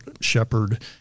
shepherd